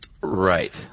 Right